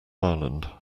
ireland